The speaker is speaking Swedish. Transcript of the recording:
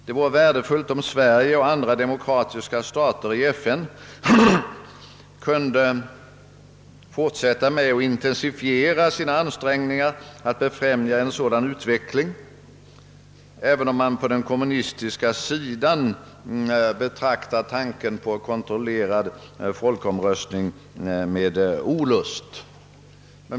Det vore värdefullt om Sverige och andra demokratiska stater i FN kunde fortsätta med och intensifiera sina ansträngningar att befrämja en sådan utveckling, även om man på den kommunistiska sidan känner olust inför tanken på kontrollerad folkomröstning.